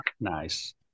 Nice